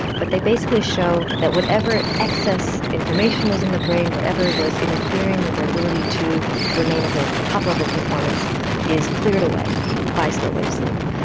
but they basically show that whatever excess information was in the brain, whatever was interfering with their ability to remain at their top level of performance is cleared away by slow wave sleep.